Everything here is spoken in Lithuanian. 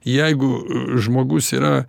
jeigu žmogus yra